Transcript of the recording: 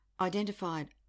identified